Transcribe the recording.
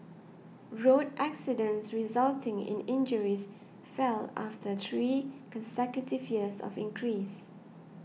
road accidents resulting in injuries fell after three consecutive years of increase